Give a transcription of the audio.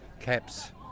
caps